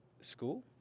school